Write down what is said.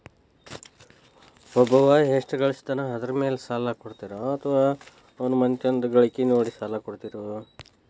ಒಬ್ಬವ ಎಷ್ಟ ಗಳಿಸ್ತಾನ ಅದರ ಮೇಲೆ ಸಾಲ ಕೊಡ್ತೇರಿ ಅಥವಾ ಅವರ ಮನಿತನದ ಗಳಿಕಿ ನೋಡಿ ಸಾಲ ಕೊಡ್ತಿರೋ?